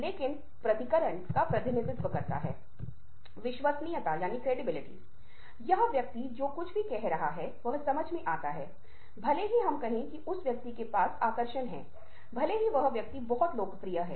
हम किसी तरह से महसूस करते हैं कि यह व्यक्ति मुझे अपमानित कर रहा है और बिना यह एहसास किए कि आप आक्रामक हो गए हैं हम बोलने लगते हैं